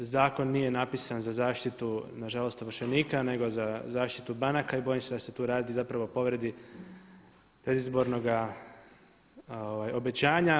Zakon nije napisan za zaštitu na žalost ovršenika, nego za zaštitu banaka i bojim se da se tu radi zapravo o povredi predizbornoga obećanja.